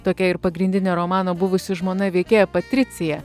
tokia ir pagrindinė romano buvusi žmona veikėja patricija